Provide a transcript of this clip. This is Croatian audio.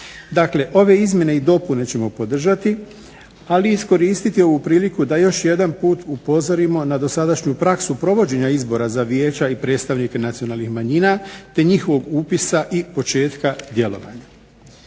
Dakle, ove izmjene i dopune ćemo podržati ali i iskoristiti ovu priliku da još jedan put upozorimo na dosadašnju praksu provođenja izbora za vijeća i predstavnike nacionalnih manjina, te njihovog upisa i početka djelovanja.